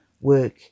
work